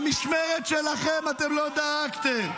במשמרת שלכם אתם לא דאגתם.